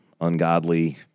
ungodly